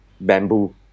bamboo